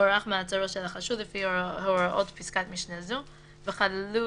הוארך מעצרו של החשוד לפי הוראות פסקת משנה זו וחדלו